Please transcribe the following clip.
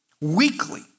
weekly